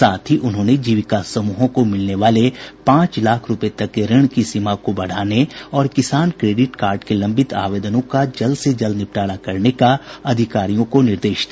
साथ ही उन्होंने जीविका समूहों को मिलने वाले पांच लाख रूपये तक की ऋण की सीमा को बढ़ाने और किसान क्रेडिट कार्ड के लंबित आवेदनों का जल्द से जल्द निपटारा करने का अधिकारियों को निर्देश दिया